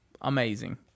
amazing